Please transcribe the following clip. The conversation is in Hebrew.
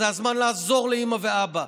זה הזמן לעזור לאימא ואבא,